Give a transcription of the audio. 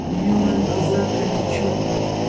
میٛون غٕذا کَتہِ چھُ